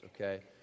okay